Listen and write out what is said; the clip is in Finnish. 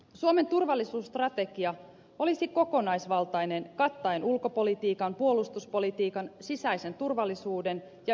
suomen turvallisuusstrategia olisi kokonaisvaltainen kattaen ulkopolitiikan puolustuspolitiikan sisäisen turvallisuuden ja ympäristöturvallisuuden